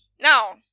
Now